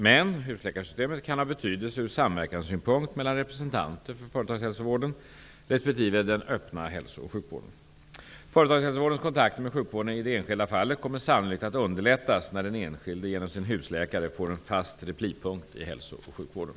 Men husläkarsystemet kan ha betydelse ur samverkanssynpunkt mellan representanter för företagshälsovården respektive den öppna hälso och sjukvården. Företagshälsovårdens kontakter med sjukvården i det enskilda fallet kommer sannolikt att underlättas när den enskilde genom sin husläkare får en fast replipunkt i hälso och sjukvården.